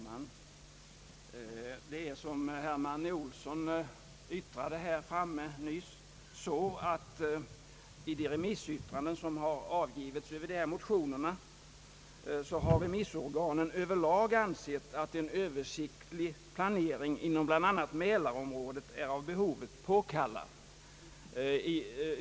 Herr talman! Som herr Manne Olsson nyss sade har de remissorgan, som har avgivit yttrande över motionerna, över lag ansett att en översiktlig planering inom bl.a. mälarområdet är av behovet påkallad.